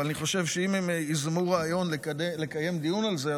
אבל אני חושב שאם הם ייזמו רעיון לקיים דיון על זה,